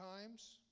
times